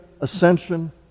ascension